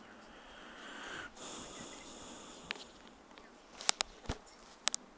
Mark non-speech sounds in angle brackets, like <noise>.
<breath>